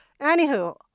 Anywho